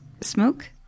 smoke